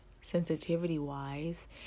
sensitivity-wise